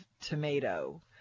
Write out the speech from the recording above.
tomato